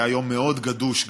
היה יום מאוד גדוש,